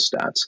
stats